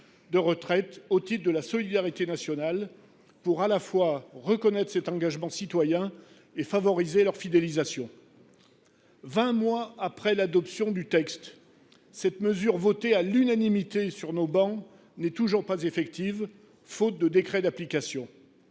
de retraite au titre de la solidarité nationale pour reconnaître leur engagement citoyen et favoriser leur fidélisation. Vingt mois après l’adoption du texte, cette mesure, votée à l’unanimité sur nos travées, n’est toujours pas effective, faute de décret d’application.